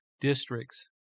districts